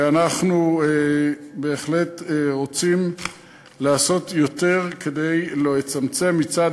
ואנחנו בהחלט רוצים לעשות יותר כדי לצמצם מצד